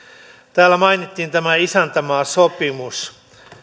täällä mainittiin tämä isäntämaasopimus